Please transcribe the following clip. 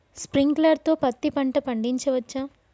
Sprinkler తో పత్తి పంట పండించవచ్చా?